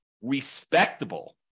respectable